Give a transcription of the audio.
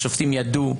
האם השופטים ידעו?